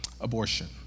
abortion